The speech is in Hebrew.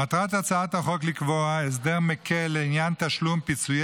מטרת הצעת החוק היא לקבוע הסדר מקל לעניין תשלום פיצויי